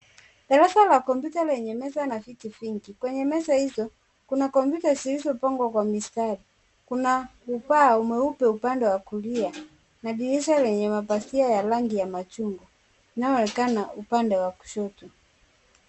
Darasa la komyuta lenye meza na viti vingi. Kwenye meza hizo, kuna komyuta zilizopangwa kwa mistari. Kuna ubao mweupe upande wa kulia na madirisha yenye mapazia ya rangi ya machungwa inayoonekana upande wa kushoto.